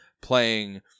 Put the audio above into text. playing